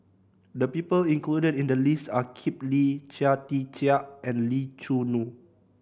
the people included in the list are Kip Lee Chia Tee Chiak and Lee Choo Neo